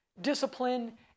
discipline